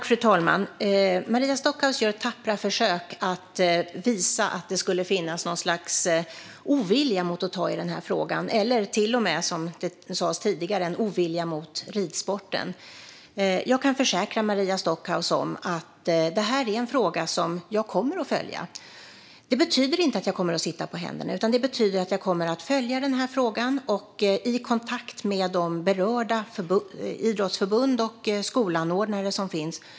Fru talman! Maria Stockhaus gör tappra försök att visa på något slags ovilja mot att ta i frågan eller till och med, som tidigare framfördes, en ovilja mot ridsporten. Jag kan försäkra henne att jag verkligen kommer att följa denna fråga. Det betyder inte att jag kommer att sitta på händerna, utan det betyder att jag kommer att följa frågan i mina kontakter med berörda idrottsförbund och skolanordnare.